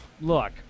Look